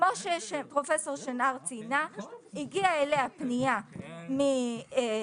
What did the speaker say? וכמו שפרופ' שנער ציינה הגיעה אליה פנייה מאזרחית